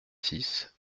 six